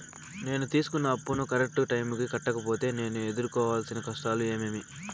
నేను తీసుకున్న అప్పును కరెక్టు టైముకి కట్టకపోతే నేను ఎదురుకోవాల్సిన కష్టాలు ఏమీమి?